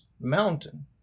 mountain